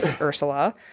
Ursula